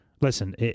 Listen